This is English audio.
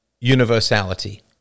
universality